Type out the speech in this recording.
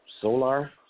Solar